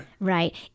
Right